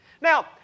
Now